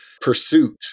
pursuit